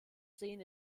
sehen